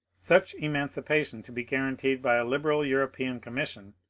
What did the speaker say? such emancipation to be guaranteed by a liberal european commission,